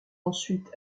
ensuite